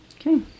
Okay